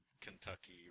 Kentucky